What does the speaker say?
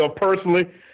personally